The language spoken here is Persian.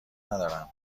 ندارم